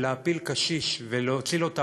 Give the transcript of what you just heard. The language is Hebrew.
להפיל קשיש שיאבד את ההכרה,